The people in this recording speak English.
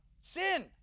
sin